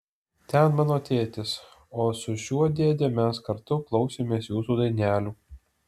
ten mano tėtis o su šiuo dėde mes kartu klausėmės jūsų dainelių